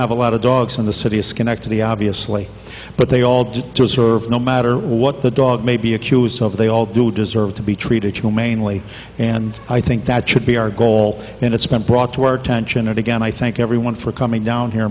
have a lot of dogs in the city of schenectady obviously but they all do deserve no matter what the dog may be accused of they all do deserve to be treated humanely and i think that should be our goal and it's been brought to our attention and again i thank everyone for coming down